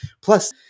Plus